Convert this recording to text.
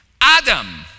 Adam